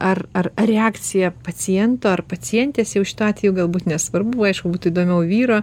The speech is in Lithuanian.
ar ar reakcija paciento ar pacientės jau šituo atveju galbūt nesvarbu aišku būtų įdomiau vyro